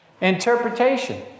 Interpretation